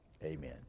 Amen